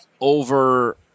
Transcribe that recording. over